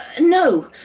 No